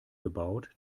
gebaut